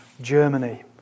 Germany